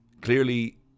Clearly